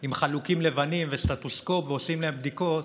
עם חלוקים לבנים וסטטוסקופ ועושים להם בדיקות,